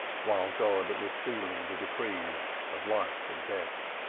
while god was sealing the decrees of life and death